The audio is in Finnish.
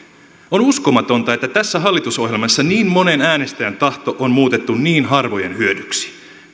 on uskomatonta että tässä hallitusohjelmassa niin monen äänestäjän tahto on muutettu niin harvojen hyödyksi